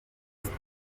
igice